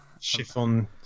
chiffon